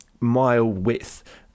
mile-width